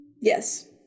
Yes